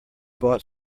bought